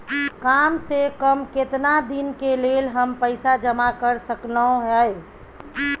काम से कम केतना दिन के लेल हम पैसा जमा कर सकलौं हैं?